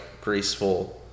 graceful